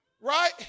Right